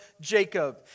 Jacob